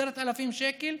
10,000 שקלים,